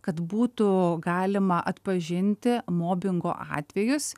kad būtų galima atpažinti mobingo atvejus